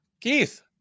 Keith